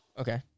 Okay